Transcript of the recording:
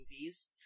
movies